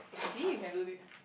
see you can do this